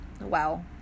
wow